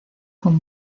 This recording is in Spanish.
con